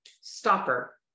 stopper